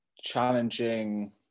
challenging